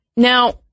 Now